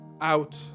out